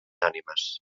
ànimes